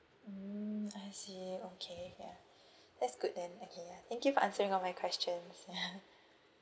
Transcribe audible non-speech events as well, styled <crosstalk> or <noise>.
mm I see okay ya that's good then okay ya thank you for answering all my questions <laughs> ya